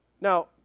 Now